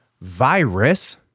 virus